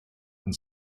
and